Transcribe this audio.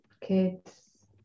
Kids